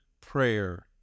prayer